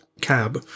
cab